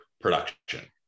production